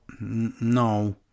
No